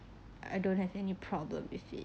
I don't have any problem with it